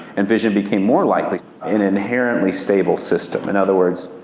and fission became more likely. an inherently stable system. in other words,